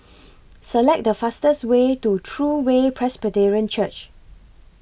Select The fastest Way to True Way Presbyterian Church